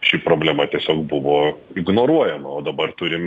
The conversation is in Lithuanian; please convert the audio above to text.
ši problema tiesiog buvo ignoruojama o dabar turime